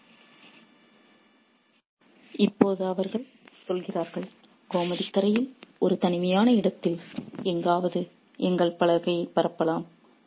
refer slide time 2050 இப்போது அவர்கள் சொல்கிறார்கள் 'கோமதி கரையில் ஒரு தனிமையான இடத்தில் எங்காவது எங்கள் பலகையை பரப்பலாம்